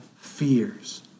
fears